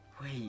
Wait